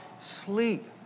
sleep